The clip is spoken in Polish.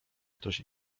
ktoś